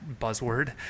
buzzword